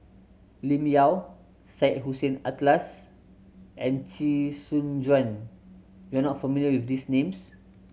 Lim Yau Syed Hussein Alatas and Chee Soon Juan you are not familiar with these names